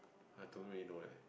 I don't really know leh